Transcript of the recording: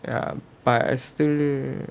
um but I still